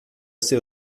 seu